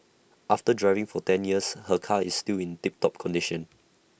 after driving for ten years her car is still in tip top condition